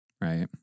right